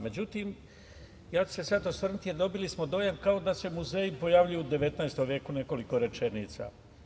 Međutim, sada ću se osvrnuti, dobili smo dojavu kao da se muzeji pojavljuju u 19. veku nekoliko rečenica.